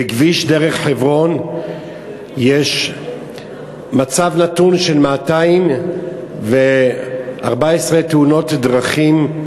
בכביש דרך חברון יש מצב נתון של 214 תאונות דרכים,